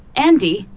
andi,